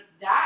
die